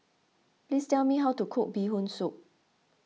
please tell me how to cook Bee Hoon Soup